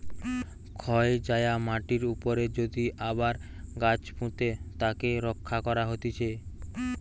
ক্ষয় যায়া মাটির উপরে যদি আবার গাছ পুঁতে তাকে রক্ষা করা হতিছে